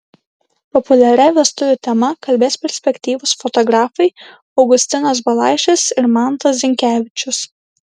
populiaria vestuvių tema kalbės perspektyvūs fotografai augustinas balaišis ir mantas zinkevičius